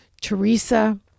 Teresa